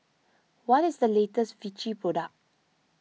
what is the latest Vichy product